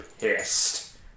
pissed